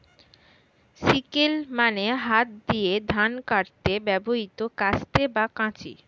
sickle মানে হাত দিয়ে ধান কাটতে ব্যবহৃত কাস্তে বা কাঁচি